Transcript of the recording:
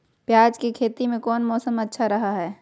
प्याज के खेती में कौन मौसम अच्छा रहा हय?